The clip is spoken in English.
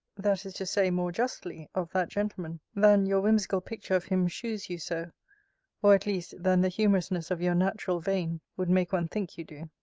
that is to say, more justly, of that gentleman, than your whimsical picture of him shews you so or, at least, than the humourousness of your natural vein would make one think you do.